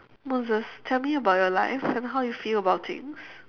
no just tell me about your life and how you feel about things